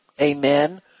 Amen